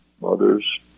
mothers